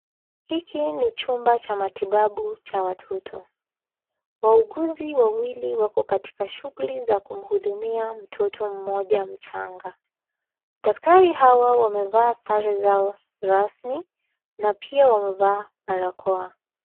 Hiki ni chumba cha matibabu cha watoto. Wauguzi wawili, wako katika shughuli za kumhudumia mtoto mmoja mchanga. Daktari hao wamevaa sare zao rasmi na pia wamevaa barakoa.